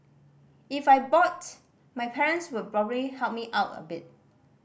if I bought my parents would probably help me out a bit